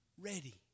ready